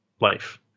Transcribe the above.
life